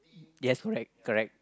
yes correct correct